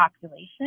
population